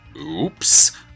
oops